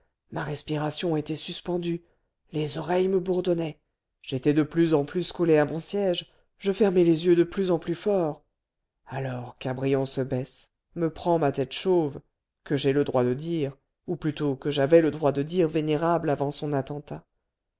ma respiration était suspendue les oreilles me bourdonnaient j'étais de plus en plus collé à mon siège je fermais les yeux de plus en plus fort alors cabrion se baisse me prend ma tête chauve que j'ai le droit de dire ou plutôt que j'avais le droit de dire vénérable avant son attentat